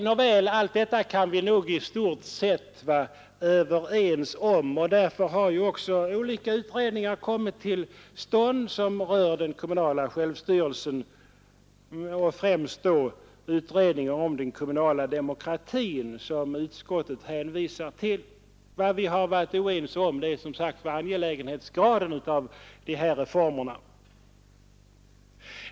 Nåväl, allt detta kan vi nog i stort sett vara överens om, och därför har också olika utredningar kommit till stånd som rör den kommunala självstyrelsen, främst då utredningen om den kommunala demokratin, som utskottet hänvisar till. Vad vi har varit oense om är, som sagt, angelägenhetsgraden hos de här reformerna.